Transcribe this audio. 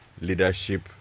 Leadership